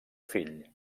fill